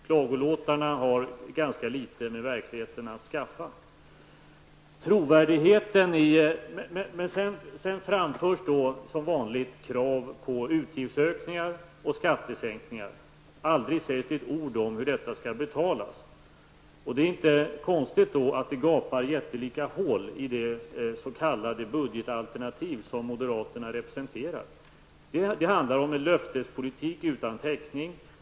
Klagolåtarna har ganska litet med verkligheten att skaffa. Som vanligt framförs krav på utgiftsökningar och skattesänkningar. Det sägs aldrig ett ord om hur detta skall betalas. Det är då inte konstigt att det gapar jättelika hål i det s.k. budgetalternativ som moderaterna representerar. Det handlar om en löftespolitik utan täckning.